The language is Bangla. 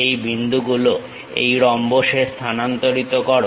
এই বিন্দুগুলো এই রম্বসে স্থানান্তরিত হতে হবে